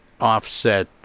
offset